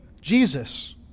jesus